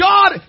God